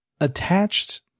attached